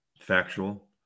factual